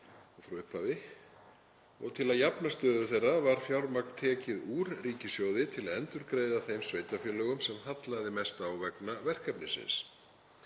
og til að jafna stöðu þeirra var fjármagn tekið úr ríkissjóði til að endurgreiða þeim sveitarfélögum sem hallaði mest á vegna verkefnisins.